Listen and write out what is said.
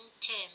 Tim